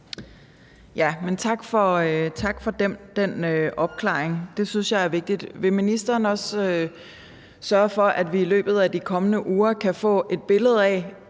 jeg er vigtigt. Vil ministeren også sørge for, at vi i løbet af de kommende uger kan få et billede af,